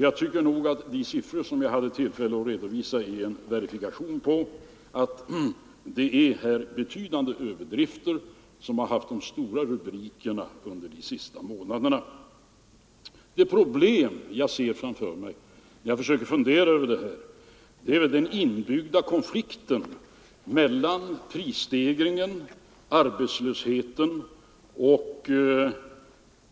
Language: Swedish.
Jag tycker att de siffror som jag hade tillfälle att redovisa är verifikationer på att det förekommit betydande överdrifter bland de stora rubrikerna under de senaste månaderna. Det problem jag ser framför mig — jag försökte fundera över detta — är den inbyggda konflikten mellan prisstegringen, arbetslösheten och,